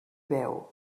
veu